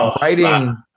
writing